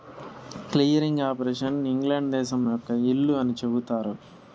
clearing operation England దేశం యొక్క ఇల్లు అని చెబుతారు